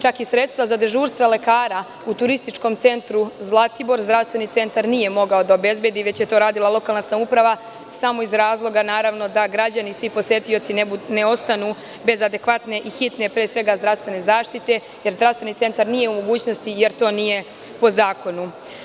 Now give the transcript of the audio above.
Čak i sredstva za dežurstva lekara u Turističkom centu Zlatibor zdravstveni centar nije mogao da obezbedi, već je to radila lokalna samouprava samo iz razloga, naravno, da građani i svi posetioci ne ostanu bez adekvatne i hitne zdravstvene zaštite, jer zdravstveni centar nije u mogućnosti, jer to nije po zakonu.